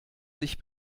sich